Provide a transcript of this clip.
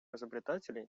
изобретателей